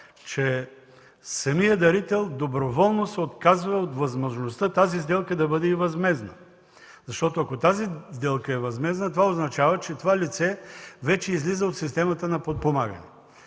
че самият дарител доброволно се отказва от възможността тази сделка да бъде и възмездна. Ако тази сделка е възмездна, това означава, че това лице вече излиза от системата на подпомагане.